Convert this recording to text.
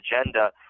agenda